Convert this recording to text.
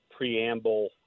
preamble